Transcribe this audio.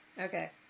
Okay